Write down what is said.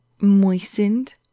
moistened